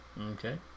Okay